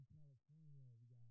California